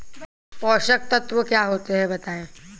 पोषक तत्व क्या होते हैं बताएँ?